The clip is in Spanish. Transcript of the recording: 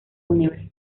fúnebre